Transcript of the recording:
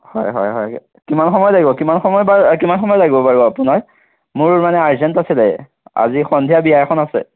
হয় হয় হয় কিমান সময়ত আহিব কিমান সময়ত বাৰু কিমান সময় লাগিব বাৰু আপোনাৰ মোৰ মানে আৰ্জেণ্ট আছিলে আজি সন্ধিয়া বিয়া এখন আছে